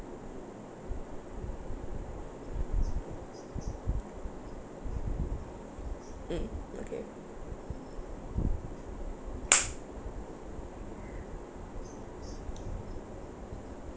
mm okay